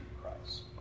Christ